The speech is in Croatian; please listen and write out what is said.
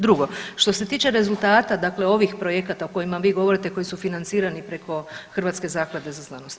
Drugo, što se tiče rezultata, dakle ovih projekata o kojima vi govorite koji su financirani preko Hrvatske zaklade za znanost.